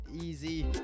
easy